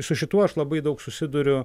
su šituo aš labai daug susiduriu